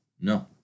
No